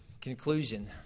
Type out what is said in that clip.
conclusion